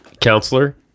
counselor